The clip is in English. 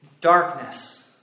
darkness